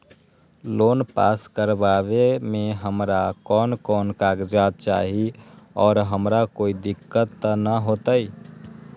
Loan pass करवावे में हमरा कौन कौन कागजात चाही और हमरा कोई दिक्कत त ना होतई?